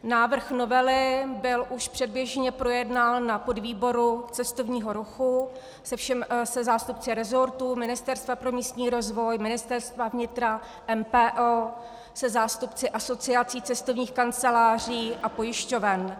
Návrh novely byl už předběžně projednán na podvýboru cestovního ruchu se zástupci resortu, Ministerstva pro místní rozvoj, Ministerstva vnitra, MPO, se zástupci asociací cestovních kanceláří a pojišťoven.